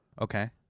Okay